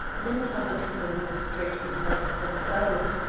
many other people in the street besides themselves,